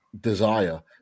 desire